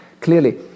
clearly